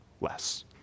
less